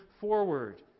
forward